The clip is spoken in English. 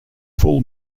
full